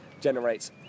generates